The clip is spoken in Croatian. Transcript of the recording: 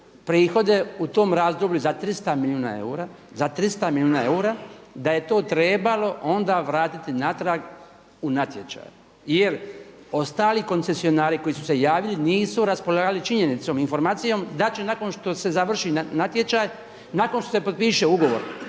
prihode u tom razdoblju za 300 milijuna eura, da je to trebalo onda vratiti natrag u natječaj jer ostali koncesionari koji su se javili nisu raspolagali činjenicom i informacijom da će nakon što se završi natječaj, nakon što se potpiše ugovor